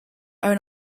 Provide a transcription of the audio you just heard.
own